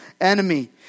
enemy